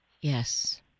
Yes